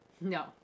No